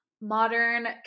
Modern